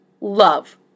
love